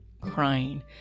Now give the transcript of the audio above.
crying